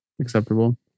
acceptable